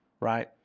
right